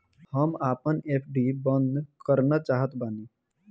हम आपन एफ.डी बंद करना चाहत बानी